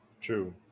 True